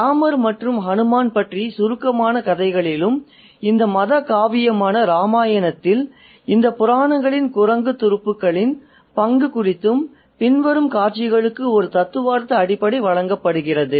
ராமர் மற்றும் ஹனுமான் பற்றிய சுருக்கமான கதைகளிலும் இந்த மத காவியமான ராமாயணத்தில் இந்த புராணத்தில் குரங்கு துருப்புக்களின் பங்கு குறித்தும் பின்வரும் காட்சிகளுக்கு ஒரு தத்துவார்த்த அடிப்படை வழங்கப்படுகிறது